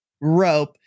rope